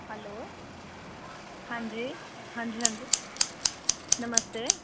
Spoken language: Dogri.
हैलो हां'जी हां'जी हां'जी नमस्ते